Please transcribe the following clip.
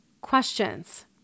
questions